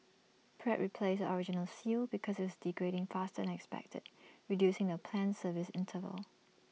Pratt replaced the original seal because IT was degrading faster than expected reducing the planned service interval